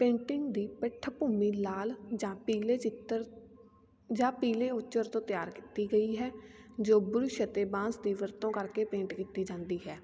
painting ਦੀ ਪਿੱਠ ਭੂਮੀ ਲਾਲ ਜਾਂ ਪੀਲੇ ਚਿੱਤਰ ਜਾਂ ਪੀਲੇ ਉਚਰ ਤੋਂ ਤਿਆਰ ਕੀਤੀ ਗਈ ਹੈ ਜੋ ਬੁਰਸ਼ ਅਤੇ ਬਾਂਸ ਦੀ ਵਰਤੋਂ ਕਰਕੇ ਪੇਂਟ ਕੀਤੀ ਜਾਂਦੀ ਹੈ